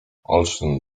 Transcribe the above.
olsztyn